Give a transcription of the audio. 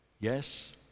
yes